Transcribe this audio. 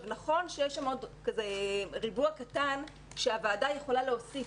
נכון שיש שם עוד ריבוע קטן שהוועדה יכולה להוסיף,